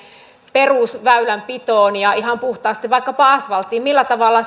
perusväylänpitoon ja ihan puhtaasti vaikkapa asfalttiin millä tavalla